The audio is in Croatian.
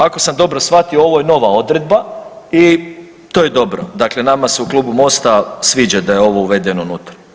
Ako sam dobro shvatio, ovo je nova odredba i to je dobro, dakle nama se u klubu MOST-a sviđa da je ovo uvedeno unutra.